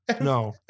No